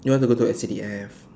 you want to go to S_C_D_F